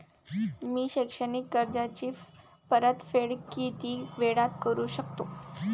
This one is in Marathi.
मी शैक्षणिक कर्जाची परतफेड किती वेळात करू शकतो